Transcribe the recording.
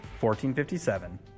1457